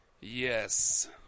Yes